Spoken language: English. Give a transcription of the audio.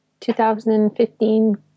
2015